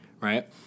right